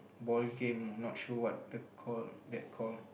ball game not sure what the call that call